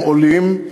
הם עולים.